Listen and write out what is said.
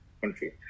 country